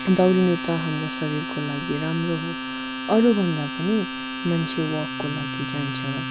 दौडिनु त हाम्रो शरीरको लागि राम्रो हो अरूभन्दा पनि मान्छे वकको लागि जान्छ